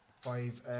Five